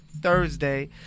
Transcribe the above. Thursday